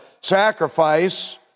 sacrifice